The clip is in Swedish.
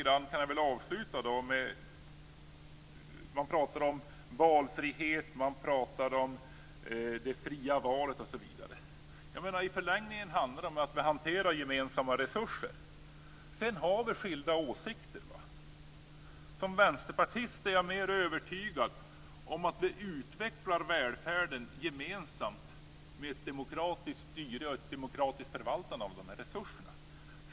Jag kan avsluta med att säga följande. Man talar om valfrihet, det fria valet, osv. I förlängningen handlar det om att vi hanterar gemensamma resurser. Vi har skilda åsikter. Som vänsterpartist är jag mer övertygad om att vi utvecklar välfärden gemensamt med ett demokratiskt styre och ett demokratiskt förvaltande av resurserna.